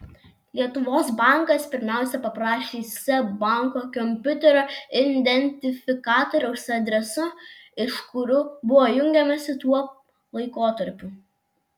lietuvos bankas pirmiausia paprašė iš seb banko kompiuterio identifikatoriaus adresų iš kurių buvo jungiamasi tuo laikotarpiu